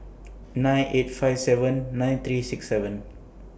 nine eight five seven nine three six seven